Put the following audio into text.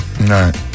Right